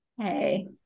hey